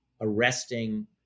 arresting